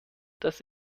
dass